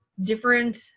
different